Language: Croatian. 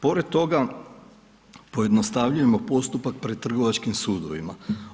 Pored toga pojednostavljujemo postupak pred trgovačkim sudovima.